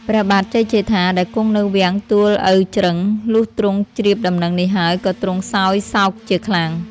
ព្រះបាទជ័យជេដ្ឋា ដែលគង់នៅវាំងទូលឪជ្រឹង លុះទ្រង់ជ្រាបដំណឹងនេះហើយ ក៏ទ្រង់សោយសោកជាខ្លាំង។